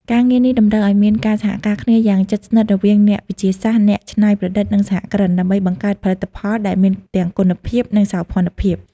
ការងារនេះតម្រូវឱ្យមានការសហការគ្នាយ៉ាងជិតស្និទ្ធរវាងអ្នកវិទ្យាសាស្ត្រ អ្នកច្នៃប្រឌិត និងសហគ្រិន ដើម្បីបង្កើតផលិតផលដែលមានទាំងគុណភាព និងសោភ័ណភាព។